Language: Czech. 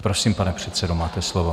Prosím, pane předsedo, máte slovo.